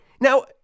Now